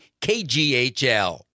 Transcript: KGHL